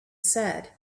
said